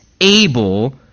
able